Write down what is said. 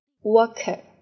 Worker